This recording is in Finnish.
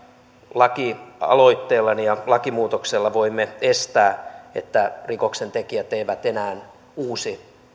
lakialoitteellani ja lakimuutoksella voimme estää että rikoksentekijät eivät enää uusi